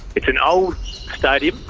it's an old stadium,